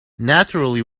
naturally